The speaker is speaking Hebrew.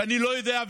אני לא יודע,